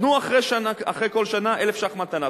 תנו אחרי כל שנה 1,000 ש"ח מתנה,